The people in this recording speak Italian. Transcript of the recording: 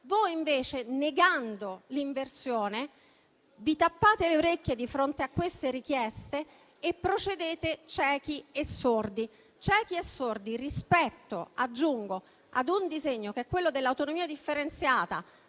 Voi, invece, negando l'inversione, vi tappate le orecchie di fronte a queste richieste e procedete ciechi e sordi rispetto, peraltro, ad un disegno che è quello dell'autonomia differenziata